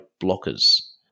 blockers